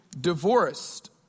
divorced